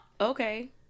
okay